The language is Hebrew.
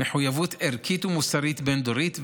מחויבות ערכית ומוסרית בין-דורית.